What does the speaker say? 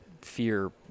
fear